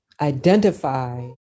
identify